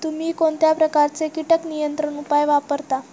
तुम्ही कोणत्या प्रकारचे कीटक नियंत्रण उपाय वापरता?